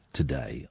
today